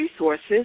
resources